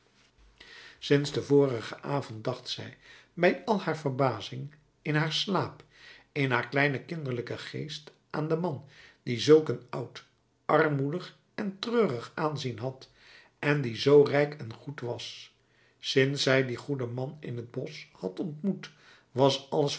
sinds den vorigen avond dacht zij bij al haar verbazing in haar slaap in haar kleinen kinderlijken geest aan den man die zulk een oud armoedig en treurig aanzien had en die zoo rijk en goed was sinds zij dien goeden man in het bosch had ontmoet was alles